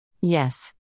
Yes